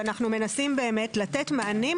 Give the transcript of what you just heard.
ואנחנו מנסים לתת מענים,